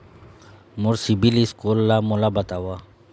मोर CIBIL score ला मोला बताव?